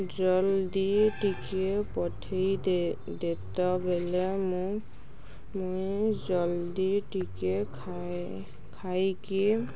ଜଲ୍ଦି ଟିକେ ପଠେଇଦେ ଦେତେବେଲେ ମୁଁ ମୁଇଁ ଜଲ୍ଦି ଟିକେ ଖାଇ ଖାଇକି